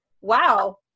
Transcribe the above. wow